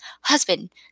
Husband